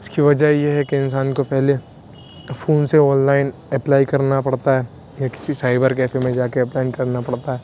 اس کی وجہ یہ ہے کہ انسان کو پہلے فون سے آن لائن اپلائی کرنا پڑتا ہے یا کسی سائبر کیفے میں جا کے اپلائن کرنا پڑتا ہے